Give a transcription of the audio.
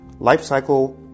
Lifecycle